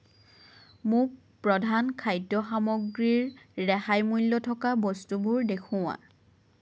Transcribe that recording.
মোক প্ৰধান খাদ্য সামগ্ৰীৰ ৰেহাই মূল্য থকা বস্তুবোৰ দেখুওৱা